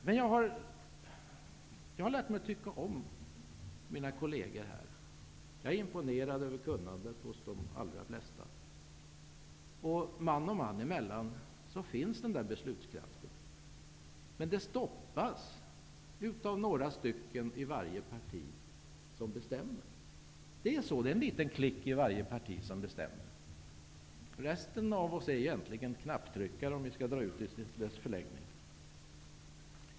Men jag har lärt mig att tycka om mina kolleger här. Jag är imponerad av kunnandet hos de allra flesta. Man och man emellan finns den där beslutskraften. Men den stoppas av några stycken i varje parti som bestämmer. Det är så. Det är en liten klick i varje parti som bestämmer. Resten av oss är egentligen knapptryckare, om vi skall dra ut tanken i dess förlängning.